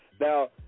Now